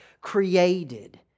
created